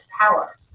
power